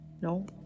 No